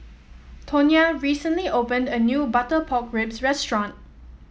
Tonia recently opened a new Butter Pork Ribs restaurant